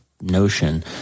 notion